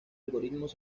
algoritmos